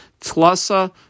Tlasa